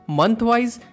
month-wise